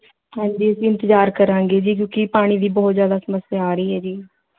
ਹਾਂਜੀ ਅਸੀਂ ਇੰਤਜ਼ਾਰ ਕਰਾਂਗੇ ਜੀ ਕਿਉਂਕਿ ਪਾਣੀ ਦੀ ਬਹੁਤ ਜ਼ਿਆਦਾ ਸਮੱਸਿਆ ਆ ਰਹੀ ਹੈ ਜੀ